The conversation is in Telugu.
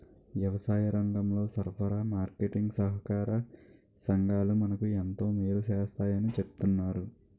వ్యవసాయరంగంలో సరఫరా, మార్కెటీంగ్ సహాకార సంఘాలు మనకు ఎంతో మేలు సేస్తాయని చెప్తన్నారు